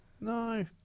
No